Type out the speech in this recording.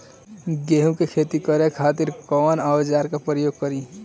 गेहूं के खेती करे खातिर कवन औजार के प्रयोग करी?